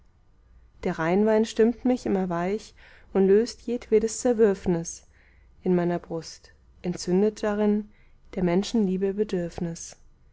der rheinwein stimmt mich immer weich und löst jedwedes zerwürfnis in meiner brust entzündet darin der menschenliebe bedürfnis